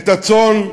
את הצאן,